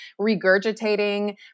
regurgitating